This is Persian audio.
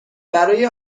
برای